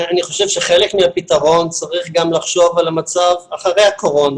אני חושב שחלק מהפתרון צריך גם לחשוב על המצב אחרי הקורונה,